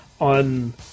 on